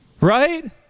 Right